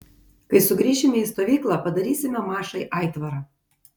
kai sugrįšime į stovyklą padarysime mašai aitvarą